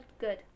good